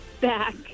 back